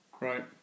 Right